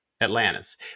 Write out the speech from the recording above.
atlantis